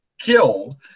killed